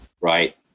right